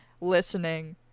listening